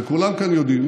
כולם כאן יודעים